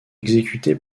exécuté